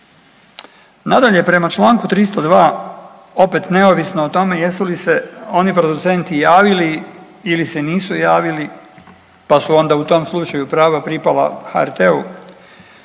Nadalje, prema čl. 302 opet neovisno o tome jesu li se oni producenti javili ili se nisu javili pa su onda u tom slučaju prava pripala HRT-u,